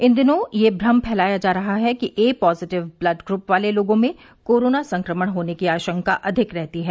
इन दिनों यह भ्रम फैलाया जा रहा है कि ए पॉजिटिव ब्लड ग्रप वाले लोगों में कोरोना संक्रमण होने की आशंका अधिक रहती है